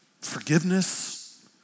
forgiveness